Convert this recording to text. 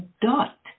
dot